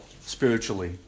spiritually